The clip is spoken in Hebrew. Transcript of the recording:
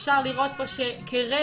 אפשר לראות פה שכרבע,